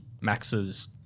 Max's